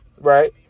Right